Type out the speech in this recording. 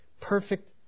perfect